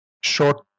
short